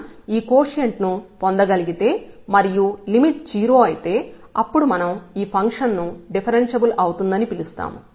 మనం ఈ కోషెంట్ ను పొందగలిగితే మరియు లిమిట్ 0 అయితే అప్పుడు మనం ఈ ఫంక్షన్ ను డిఫరెన్ష్యబుల్ అవుతుందని పిలుస్తాము